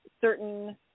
certain